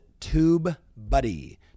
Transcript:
TubeBuddy